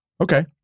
Okay